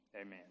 Amen